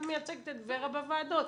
את מייצגת את ור"ה בוועדות.